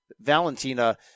Valentina